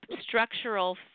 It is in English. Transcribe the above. structural